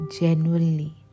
genuinely